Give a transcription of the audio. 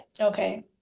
Okay